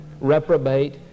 reprobate